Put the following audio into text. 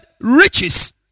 riches